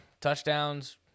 touchdowns